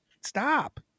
Stop